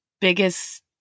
biggest